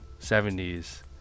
70s